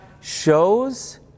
shows